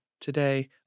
today